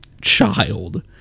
child